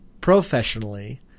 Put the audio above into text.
professionally